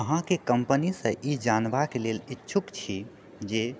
अहाँके कम्पनीसँ ई जानबाक लेल इच्छुक छी जे